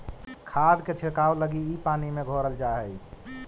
खाद के छिड़काव लगी इ पानी में घोरल जा हई